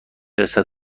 رسد